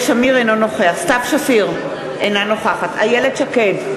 אינו נוכח סתיו שפיר, אינה נוכחת איילת שקד,